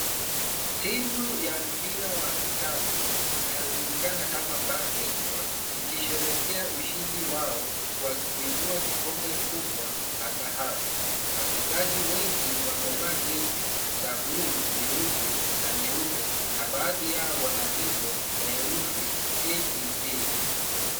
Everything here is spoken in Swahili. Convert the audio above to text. Timu ya mpira wa kikapu inayojulikana kama basket ball ikisherehekea ushindi wao ,kwa kuinua kikombe kubwa la dhahabu. Wachezaji wengi wamevaa jezi za bluu , nyeusi na nyeupe na baadhi yao wana nembo ya herufi KPA .